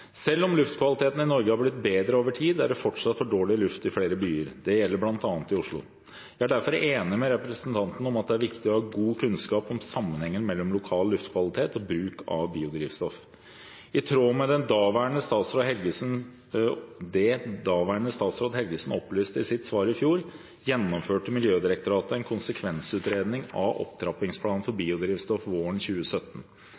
det fortsatt for dårlig luft i flere byer. Det gjelder bl.a. i Oslo. Jeg er derfor enig med representanten i at det er viktig å ha god kunnskap om sammenhengen mellom lokal luftkvalitet og bruk av biodrivstoff. I tråd med det daværende statsråd Helgesen opplyste i sitt svar i fjor, gjennomførte Miljødirektoratet en konsekvensutredning av opptrappingsplanen for